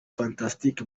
fantastic